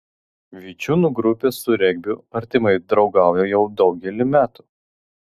vičiūnų grupė su regbiu artimai draugauja jau daugelį metų